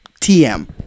TM